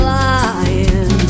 lying